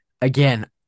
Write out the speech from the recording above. again